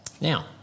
Now